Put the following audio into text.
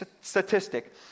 statistic